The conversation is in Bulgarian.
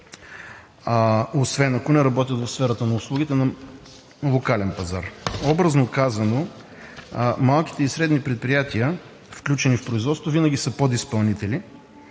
освен ако не работят в сферата на услугите на локален пазар. Образно казано, малките и средни предприятия, включени в производство, винаги са подизпълнители